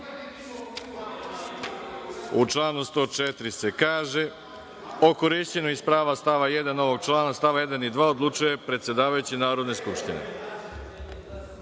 članu 104. se kaže: „O korišćenju iz prava stava 1. ovog člana, st. 1. i 2. odlučuje predsedavajući Narodne skupštine“.Tražite